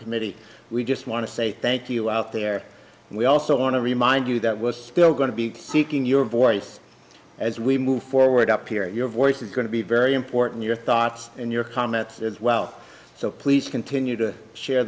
committee we just want to say thank you out there and we also want to remind you that was still going to be seeking your voice as we move forward up here your voice is going to be very important your thoughts and your comments as well so please continue to share